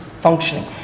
functioning